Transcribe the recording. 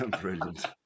Brilliant